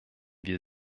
wir